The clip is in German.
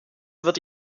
wird